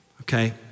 okay